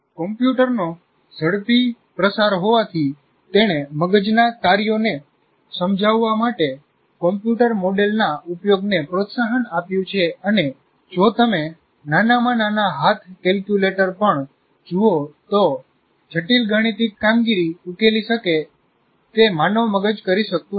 કમ્પ્યુટરનો ઝડપી પ્રસાર હોવાથી તેણે મગજના કાર્યોને સમજાવવા માટે કમ્પ્યુટર મોડેલના ઉપયોગને પ્રોત્સાહન આપ્યું છે અને જો તમે નાનામાં નાના હાથ કેલ્ક્યુલેટર પણ જુઓ તો જટિલ ગાણિતિક કામગીરી ઉકેલી શકે તે માનવ મગજ કરી શકતું નથી